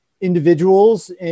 individuals